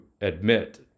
admit